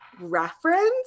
Reference